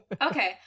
Okay